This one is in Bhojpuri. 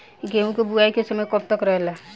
गेहूँ के बुवाई के समय कब तक रहेला?